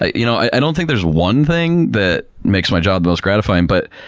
ah you know i don't think there's one thing that makes my job the most gratifying, but